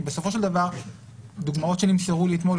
כי בסופו של דבר דוגמאות שנמסרו לי אתמול,